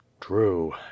true